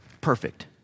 Perfect